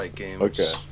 Okay